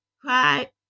cry